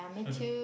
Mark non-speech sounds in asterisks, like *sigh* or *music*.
*laughs*